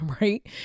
right